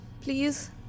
please